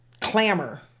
clamor